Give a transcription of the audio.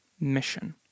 mission